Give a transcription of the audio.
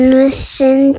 listen